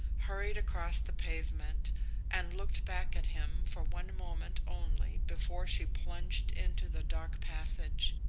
hurried across the pavement and looked back at him for one moment only before she plunged into the dark passage.